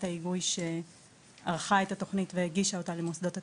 ההיגוי שערכה את התוכנית והגישה אותה למוסדות התכנון.